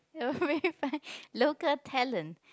you're very funny local talent